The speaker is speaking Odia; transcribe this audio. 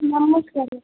ନମସ୍କାର